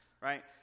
right